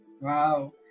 Wow